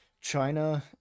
China